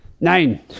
Nein